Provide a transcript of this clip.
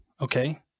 okay